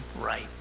right